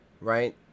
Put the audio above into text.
right